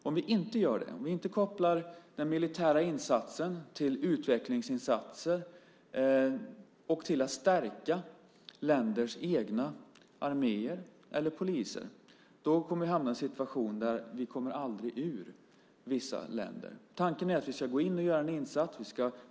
Om vi inte kopplar den militära insatsen till utvecklingsinsatser och till att stärka länders egna arméer eller poliser kommer vi hamna i en situation där vi aldrig kommer ur vissa länder. Tanken är att vi ska göra en insats.